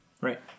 Right